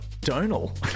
Donal